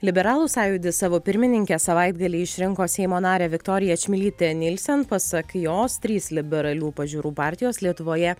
liberalų sąjūdis savo pirmininke savaitgalį išrinko seimo narę viktoriją čmilytę nilsen pasak jos trys liberalių pažiūrų partijos lietuvoje